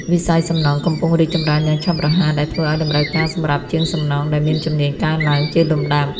វិស័យសំណង់កំពុងរីកចម្រើនយ៉ាងឆាប់រហ័សដែលធ្វើឱ្យតម្រូវការសម្រាប់ជាងសំណង់ដែលមានជំនាញកើនឡើងជាលំដាប់។